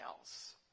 else